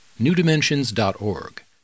newdimensions.org